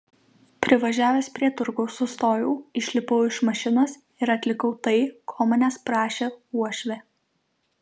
privažiavęs prie turgaus sustojau išlipau iš mašinos ir atlikau tai ko manęs prašė uošvė